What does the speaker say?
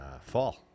fall